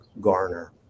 garner